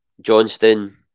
Johnston